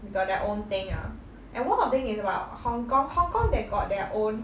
they got their own thing ah and one of them is about hong-kong hong-kong they got their own